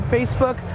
Facebook